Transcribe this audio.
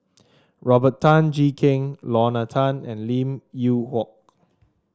Robert Tan Jee Keng Lorna Tan and Lim Yew Hock